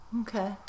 Okay